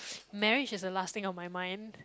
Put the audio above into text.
marriage is the last thing on my mind